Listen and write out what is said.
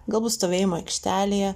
galbūt stovėjimo aikštelėje